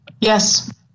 Yes